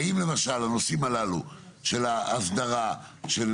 האם למשל הנושאים הללו של האסדרה של